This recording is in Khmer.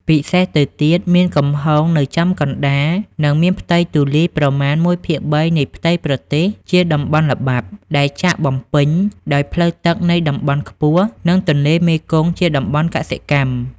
ពិសេសទៅទៀតមាន កំហូងនៅចំកណ្តាល និងមានផ្ទៃទូលាយប្រមាណ១ភាគ៣នៃផ្ទៃប្រទេសជាទំនាបល្បាប់ ដែលចាក់បំពេញ ដោយផ្លូវទឹកនៃតំបន់ខ្ពស់ និង ទន្លេមេគង្គជាតំបន់កសិកម្ម។